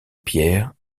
pierre